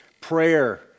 prayer